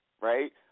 right